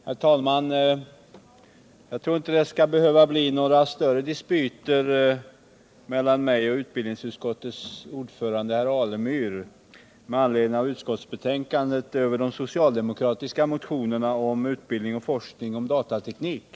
Nr 37 Herr talman! Jag tror inte att det skall behöva bli några större dispyter Onsdagen den mellan mig och utskottets ordförande herr Alemyr med anledning av 30 november 1977 utskottsbetänkandet över de socialdemokratiska motionerna om utbildning och forskning i datateknik.